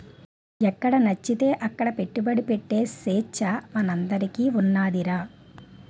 ఎక్కడనచ్చితే అక్కడ పెట్టుబడి ఎట్టే సేచ్చ మనందరికీ ఉన్నాదిరా